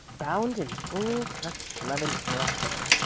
bound in full crushed levant morocco,